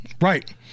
Right